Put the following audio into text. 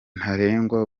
ntarengwa